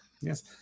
Yes